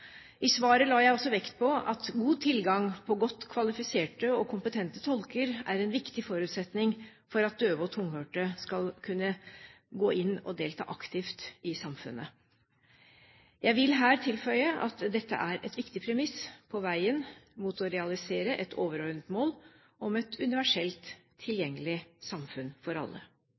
I svaret la jeg vekt på at god tilgang på godt kvalifiserte og kompetente tolker er en viktig forutsetning for at døve og tunghørte skal kunne gå inn og delta aktivt i samfunnet. Jeg vil her tilføye at dette er et viktig premiss på veien mot å realisere et overordnet mål om et universelt tilgjengelig samfunn for alle.